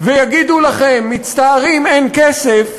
ויגידו לכם: מצטערים, אין כסף,